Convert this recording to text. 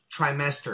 trimester